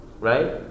Right